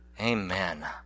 Amen